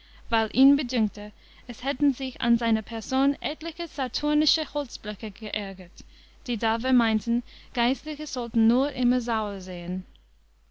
weil ihn bedünkte es hätten sich an seiner person etliche saturnische holzböcke geärgert die da vermeinten geistliche sollten nur immer saur sehen